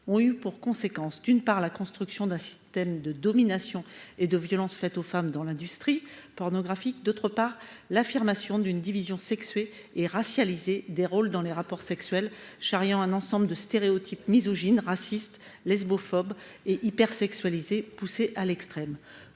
ont eu pour conséquence, d’une part, la construction d’un système de domination et de violences faites aux femmes dans l’industrie pornographique et, d’autre part, l’affirmation d’une division sexuée et racialisée des rôles dans les rapports sexuels, emportant un ensemble de stéréotypes misogynes, racistes, lesbophobes et hypersexualisés poussés à l’extrême.